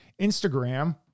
Instagram